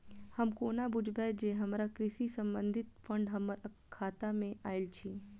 हम कोना बुझबै जे हमरा कृषि संबंधित फंड हम्मर खाता मे आइल अछि?